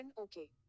okay